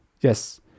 yes